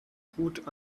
gut